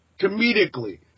comedically